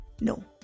no